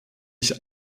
ich